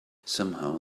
somehow